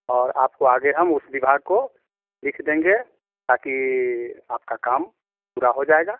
और आपको आगे हम उस विभाग को लिख देंगे ताकि आपका काम पूरा हो जाएगा